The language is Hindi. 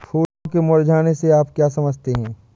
फूलों के मुरझाने से क्या आप समझते हैं?